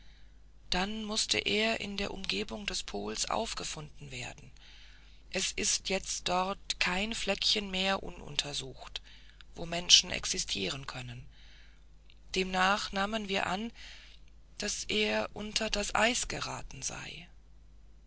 dann mußte er in der umgebung des pols aufgefunden werden es ist jetzt dort kein fleckchen mehr ununtersucht wo menschen existieren können demnach nahmen wir an daß er unter das eis geraten sei